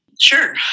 Sure